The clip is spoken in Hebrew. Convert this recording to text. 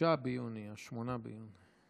חמישה ביוני, שמונה ביוני.